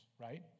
right